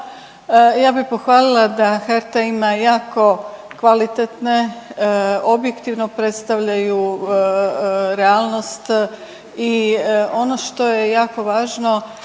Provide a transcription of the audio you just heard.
Ja bi pohvalila da HRT ima jako kvalitetne, objektivno predstavljaju realnost i ono što je jako važno